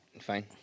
Fine